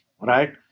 right